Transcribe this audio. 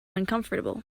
uncomfortable